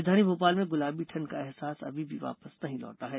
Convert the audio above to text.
राजघानी भोपाल में गुलाबी ठंड का अहसास अभी भी वापस नहीं लौटा है